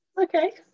Okay